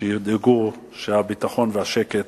שידאגו שהביטחון והשקט